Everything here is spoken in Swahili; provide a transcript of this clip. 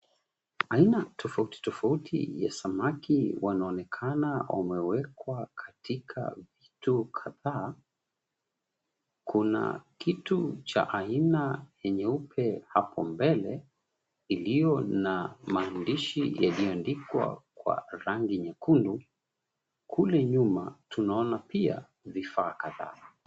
Aina tofauti tofauti ya samaki wanaonekana wamewekwa katika vituo kadhaa. Kuna kitu cha aina ya nyeupe hapo mbele, iliyo na maandishi yaliyoandikwa kwa rangi nyekundu. Kule nyuma tunaona pia vifaa kadhaa.